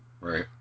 Right